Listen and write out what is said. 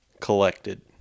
collected